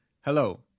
hello